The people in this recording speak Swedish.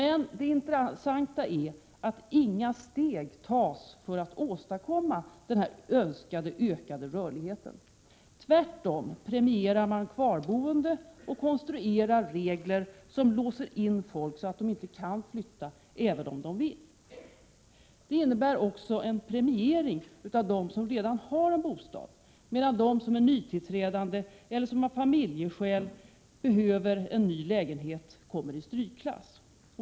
Det intressanta är emellertid att inga steg tas för att åstadkomma denna önskade ökade rörlighet. Tvärtom premierar man kvarboende och konstruerar regler som låser in folk så att de inte kan flytta även om de vill. Det innebär också en premiering av dem som redan har en bostad, medan de som är nytillträdande eller som av familjeskäl behöver en ny lägenhet kommer i strykklass.